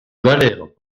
galères